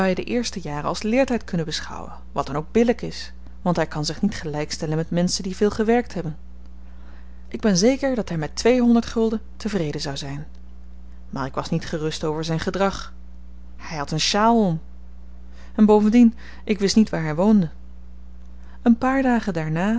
de eerste jaren als leertyd kunnen beschouwen wat dan ook billyk is want hy kan zich niet gelyk stellen met menschen die veel gewerkt hebben ik ben zeker dat hy met tweehonderd gulden tevreden zou zyn maar ik was niet gerust over zyn gedrag hy had een sjaal om en bovendien ik wist niet waar hy woonde een paar dagen daarna